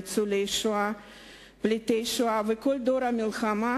ניצולי השואה ופליטי השואה וכל דור המלחמה